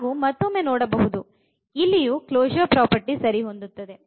ಹಾಗು ಮತ್ತೊಮ್ಮೆ ನೋಡಬಹುದು ಇಲ್ಲಿಯೂ ಕ್ಲೊಶೂರ್ ಪ್ರಾಪರ್ಟಿಗೆ ಸರಿ ಹೊಂದುತ್ತದೆ